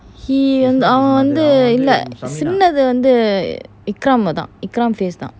he அவன் வந்து இல்ல சீனத்து வந்து விக்ரம் தான் Vikram vanthu illa chinathu vanthu vikram thaan vikram face தான்:thaan